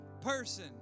person